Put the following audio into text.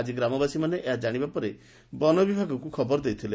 ଆଜି ଗ୍ରାମବାସୀ ଏହା ଜାଣିବା ପରେ ବନ ବିଭାଗକୁ ଖବର ଦେଇଥିଲେ